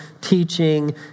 teaching